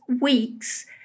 weeks